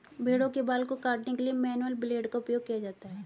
भेड़ों के बाल को काटने के लिए मैनुअल ब्लेड का उपयोग किया जाता है